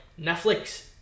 Netflix